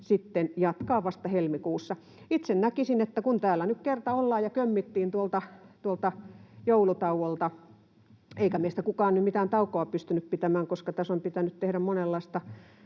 jatkaa vasta helmikuussa? Itse näkisin, että kun täällä nyt kerta ollaan ja kömmittiin tuolta joulutauolta — eikä meistä kukaan nyt mitään taukoa pystynyt pitämään, koska tässä on pitänyt tehdä monenlaista